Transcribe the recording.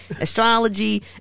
astrology